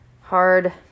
Hard